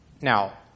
Now